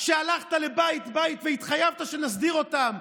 שהלכת לבית-בית והתחייבת שנסדיר אותם,